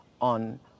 on